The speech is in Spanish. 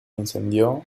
incendió